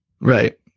Right